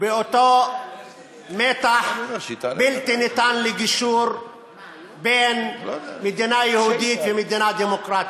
באותו מתח בלתי ניתן לגישור בין מדינה יהודית ומדינה דמוקרטית.